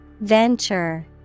venture